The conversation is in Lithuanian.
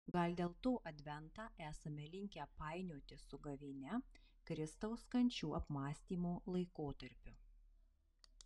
gal dėl to adventą esame linkę painioti su gavėnia kristaus kančių apmąstymo laikotarpiu